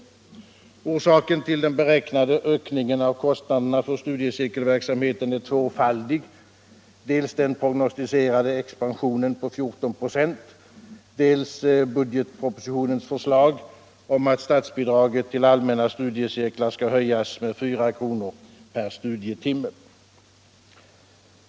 Orsaken till den beräknade ökningen av kostnaderna för studiecirkelverksamheten är tvåfaldig — dels den prognostiserade expansionen med 14 96, dels budgetpropositionens förslag om att statsbidraget till allmänna studiecirklar skall höjas med 4 kr. per studietimme.